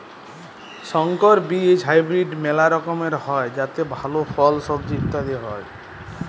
সংকর বীজ হাইব্রিড মেলা রকমের হ্যয় যাতে ভাল ফল, সবজি ইত্যাদি হ্য়য়